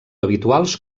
habituals